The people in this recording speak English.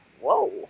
whoa